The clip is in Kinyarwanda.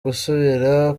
gusubira